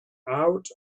out